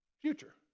Future